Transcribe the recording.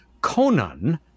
Conan